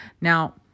Now